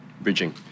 bridging